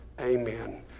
Amen